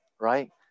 right